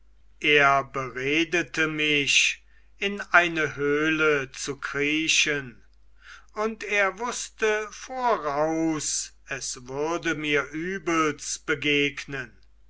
er beredete mich in eine höhle zu kriechen und er wußte voraus es würde mir übels begegnen